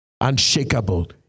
unshakable